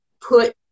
put